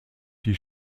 die